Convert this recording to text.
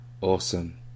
Awesome